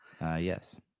Yes